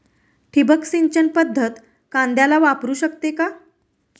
ठिबक सिंचन पद्धत कांद्याला वापरू शकते का?